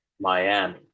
Miami